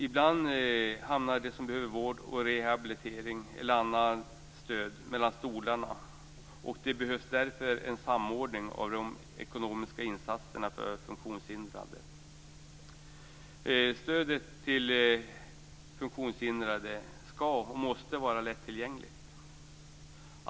Ibland hamnar de som behöver vård och rehabilitering eller annat stöd mellan stolarna. Det behövs därför en samordning av de ekonomiska insatserna för funktionshindrade. Stödet till funktionshindrade skall och måste vara lättillgängligt.